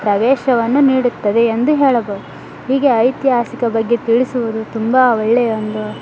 ಪ್ರವೇಶವನ್ನು ನೀಡುತ್ತದೆ ಎಂದು ಹೇಳಬೋದು ಹೀಗೆ ಐತಿಹಾಸಿಕ ಬಗ್ಗೆ ತಿಳಿಸುವುದು ತುಂಬ ಒಳ್ಳೆಯ ಒಂದು